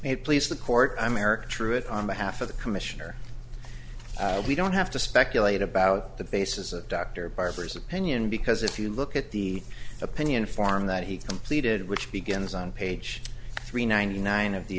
please the court i'm eric truth on behalf of the commissioner we don't have to speculate about the basis of dr barber's opinion because if you look at the opinion form that he completed which begins on page three ninety nine of the